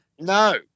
No